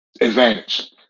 advantage